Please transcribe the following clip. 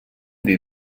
dir